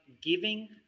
giving